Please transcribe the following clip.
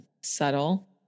subtle